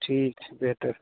ٹھیک ہے بہتر